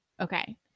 okay